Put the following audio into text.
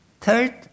Third